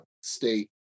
state